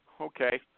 Okay